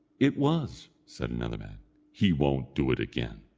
it was, said another man he won't do it again.